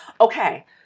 Okay